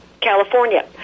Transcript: California